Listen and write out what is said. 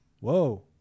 Whoa